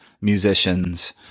musicians